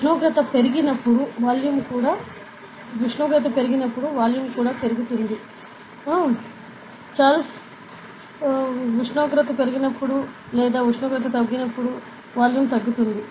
ఉష్ణోగ్రత పెరిగినప్పుడు వాల్యూమ్ కూడా పెరుగుతుంది ఉష్ణోగ్రత వాల్యూమ్ పెరిగినప్పుడు లేదా ఉష్ణోగ్రత తగ్గినప్పుడు వాల్యూమ్ తగ్గుతుంది